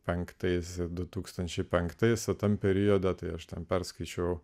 penktais du tūkstančiai penktais tam periode tai aš ten perskaičiau